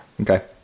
okay